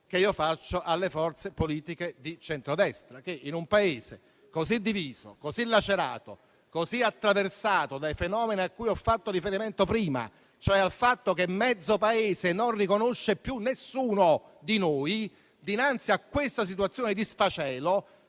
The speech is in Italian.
che rivolgo alle forze politiche di centrodestra, perché in un Paese così diviso, così lacerato, così attraversato dai fenomeni a cui ho fatto riferimento prima, cioè al fatto che mezzo Paese non riconosce più nessuno di noi, dinanzi a questa situazione di sfacelo